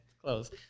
Close